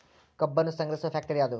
ಕಬ್ಬನ್ನು ಸಂಗ್ರಹಿಸುವ ಫ್ಯಾಕ್ಟರಿ ಯಾವದು?